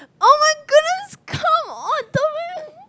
oh my goodness come on